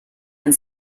and